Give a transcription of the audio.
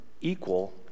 equal